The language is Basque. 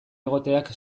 egoteak